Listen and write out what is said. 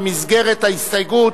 במסגרת ההסתייגות,